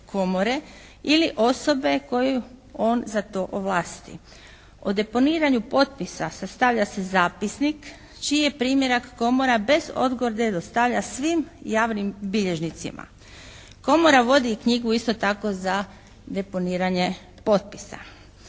ili osobe koju on za to ovlasti. O deponiranju potpisa sastavlja se zapisnik čiji je primjerak Komora bez odgode dostavlja svim javnim bilježnicima. Komora vodi knjigu isto tako za deponiranje potpisa.